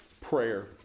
prayer